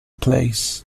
place